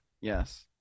Yes